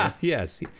Yes